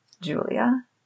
Julia